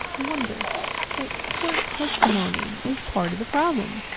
i wonder that court testimony is part of the problem.